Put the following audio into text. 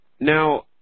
Now